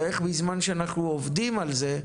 ואיך בזמן שאנחנו עובדים על זה,